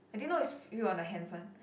I didn't know it's feel on the hands one